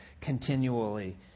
continually